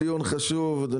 שלום לכולם,